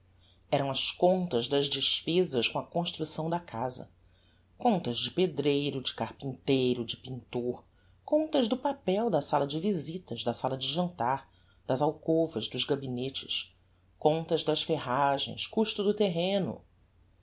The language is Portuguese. eram as contas das despezas com a construcção da casa contas de pedreiro de carpinteiro de pintor contas do papel da sala de visitas da sala de jantar das alcovas dos gabinetes contas das ferragens custo do terreno